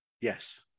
yes